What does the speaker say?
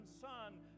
son